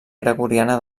gregoriana